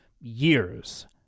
years